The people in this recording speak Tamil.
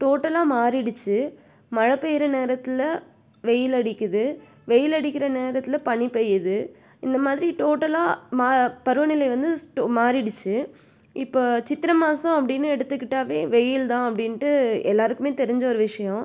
டோட்டலாக மாறிடுச்சு மழை பெய்யிற நேரத்தில் வெயில் அடிக்குது வெயில் அடிக்கிற நேரத்தில் பனி பெய்யுது இந்த மாதிரி டோட்டலாக மா பருவநிலை வந்து மாறிடுச்சு இப்போ சித்திரை மாதம் அப்படின்னு எடுத்துக்கிட்டவே வெயில் தான் அப்படின்ட்டு எல்லாருக்குமே தெரிஞ்ச ஒரு விஷயம்